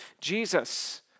Jesus